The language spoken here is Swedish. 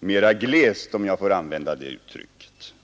mera glest, om jag får använda det uttrycket.